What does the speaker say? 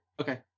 Okay